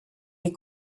des